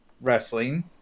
wrestling